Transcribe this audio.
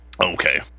Okay